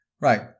Right